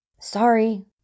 Sorry